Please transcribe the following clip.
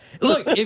Look